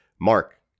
Mark